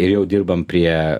ir jau dirbam prie